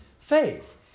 faith